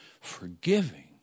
Forgiving